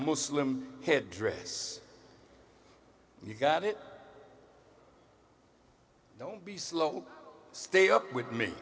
muslim head dress you got it don't be slow stay up with me